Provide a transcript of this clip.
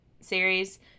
series